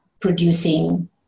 producing